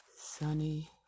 sunny